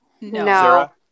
No